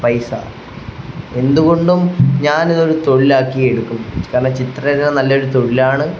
പൈസ എന്തുകൊണ്ടും ഞാനിതൊരു തൊഴിലാക്കി എടുക്കും കാരണം ചിത്രരന നല്ലൊരു തൊഴിലാണ്